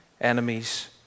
enemies